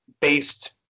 based